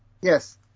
Yes